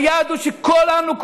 היעד הוא שכולנו,